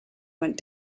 went